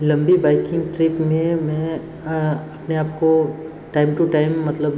लम्बी biking trip में मैं अपने आप को टाइम टू टाइम मतलब